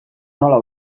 nola